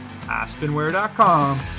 Aspenware.com